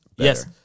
Yes